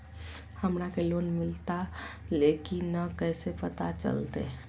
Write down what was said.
हमरा के लोन मिलता ले की न कैसे पता चलते?